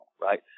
right